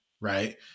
right